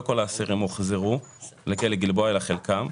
לא כל האסירים הוחזרו לכלא גלבוע אלא חלקם.